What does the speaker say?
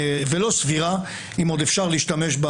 במצב בלתי אפשרי.